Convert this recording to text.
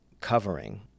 covering